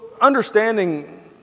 understanding